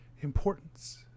importance